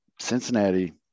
Cincinnati